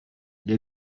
gli